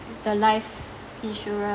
the life insurance